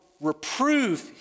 reprove